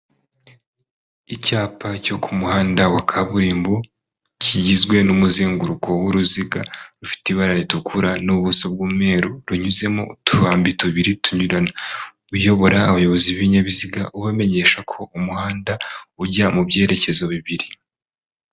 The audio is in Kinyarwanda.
Icyapa cyo ku muhanda wa kaburimbo kigizwe n'umuzenguruko w'uruziga rufite ibara ritukura n'ubuso bw'umweru, runyuzemo utwambi tubiri tunyurana, uyobora abayobozi b'ibinyabiziga ubamenyesha ko umuhanda ujya mu byerekezo bibiri.